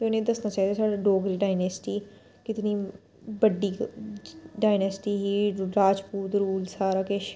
ते उ'नेंगी दस्सना चाहिदा साढ़ी डोगरी डायनेस्टी कितनी बड्डी डायनेस्टी ही राजपूत रूल सारा किश